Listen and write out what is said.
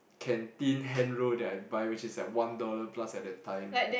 canteen hand roll that I buy which is at one dollar plus at that time